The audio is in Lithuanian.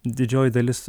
didžioji dalis